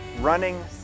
running